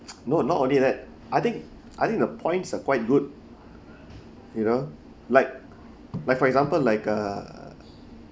no not only that I think I think the points are quite good you know like like for example like uh